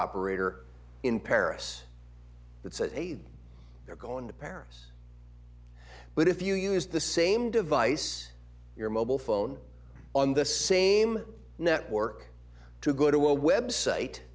operator in paris that say they're going to paris but if you use the same device your mobile phone on the same network to go to a website